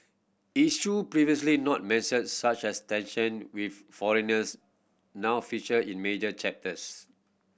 issue previously not mentioned such as tension with foreigners now feature in major chapters